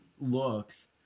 looks